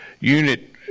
unit